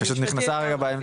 היא פשוט נכנסה אלינו באמצע.